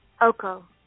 OKO